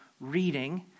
reading